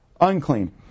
unclean